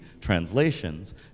translations